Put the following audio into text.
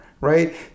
right